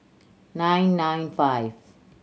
nine nine five